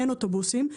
אין אוטובוסים.